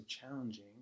challenging